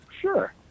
sure